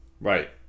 right